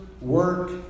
work